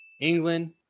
England